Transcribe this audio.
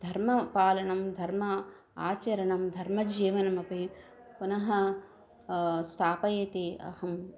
धर्मपालनं धर्म आचरणं धर्मजीवनमपि पुनः स्थापयति अहं